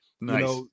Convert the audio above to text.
Nice